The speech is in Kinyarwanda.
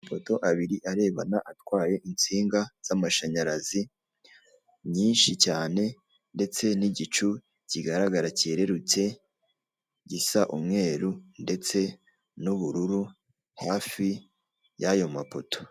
Amapoto abiri arebana atwaye insinga z'amashanyarazi nyinshi cyane ndetse n'igicu kigaragara cyerurutse gisa umweru ndetse n'ubururu hafi y'ayo mapoto.